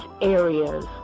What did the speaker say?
areas